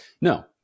No